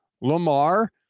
Lamar